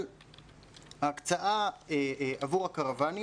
ההקצאה עבור הקרוואנים,